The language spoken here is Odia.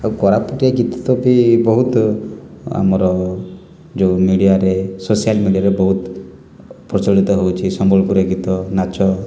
ଆଉ କୋରପୁଟିଆ ଗୀତ ବି ବହୁତ ଆମର ଯେଉଁ ମିଡ଼ିଆରେ ସୋସିଆଲ୍ ମିଡ଼ିଆରେ ବହୁତ ପ୍ରଚଳିତ ହେଉଛି ସମ୍ବଲପୁରୀ ଗୀତ ନାଚ